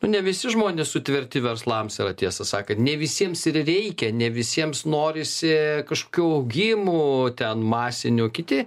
nu ne visi žmonės sutverti verslams yra tiesą sakant ne visiems ir reikia ne visiems norisi kažkokių augimų ten masinių kiti